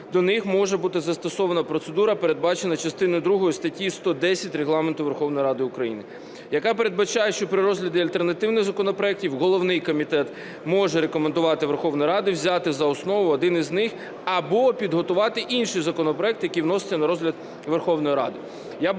до них може бути застосована процедура, передбачена частиною другою статті 110 Регламенту Верховної Ради України, яка передбачає, що при розгляді альтернативних законопроектів головний комітет може рекомендувати Верховній Раді взяти за основу один з них або підготувати інший законопроект, який вноситься на розгляд Верховної Ради.